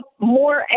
more